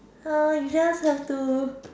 uh you just have to